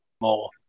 more